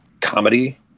comedy